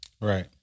Right